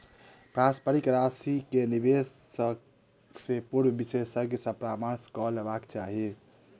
पारस्परिक राशि के निवेश से पूर्व विशेषज्ञ सॅ परामर्श कअ लेबाक चाही